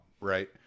right